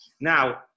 Now